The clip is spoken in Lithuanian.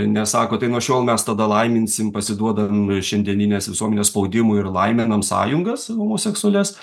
nesako tai nuo šiol mes tada laiminsim pasiduodam šiandieninės visuomenės spaudimui ir laiminam sąjungas homoseksualias